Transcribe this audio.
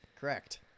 Correct